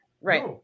Right